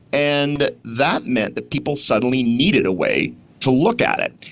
and that meant that people suddenly needed a way to look at it.